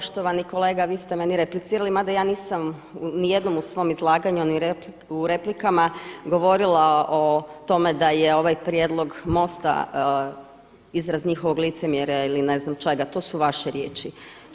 Poštovani kolega vi ste meni replicirali mada ja nisam nijednom u svom izlaganju u replikama govorila o tome da je ovaj prijedlog MOST-a izraz njihovog licemjerja ili ne znam čega, to su vaše riječi.